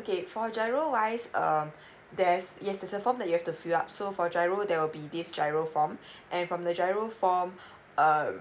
okay for gro wise err there's yes there's a form that you have to fill up so for giro there will be this giro form and from the giro form err